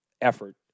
effort